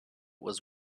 was